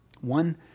One